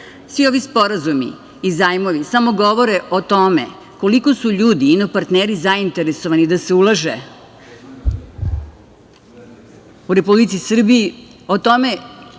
Svi ovi sporazumi i zajmovi samo govore o tome koliko su ljudi, inoparnteri, zainteresovani da se ulaže u Republici Srbiji, o tome